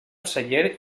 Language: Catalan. celler